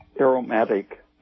aromatic